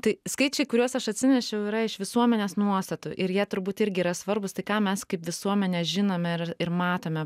tai skaičiai kuriuos aš atsinešiau yra iš visuomenės nuostatų ir jie turbūt irgi yra svarbūs tai ką mes kaip visuomenė žinome ir ir matome